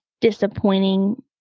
disappointing